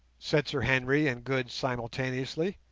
said sir henry and good simultaneously.